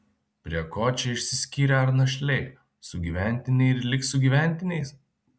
prie ko čia išsiskyrę ar našliai sugyventiniai ir liks sugyventiniais